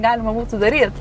galima būtų daryt